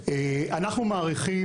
אנחנו מעריכים,